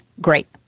Great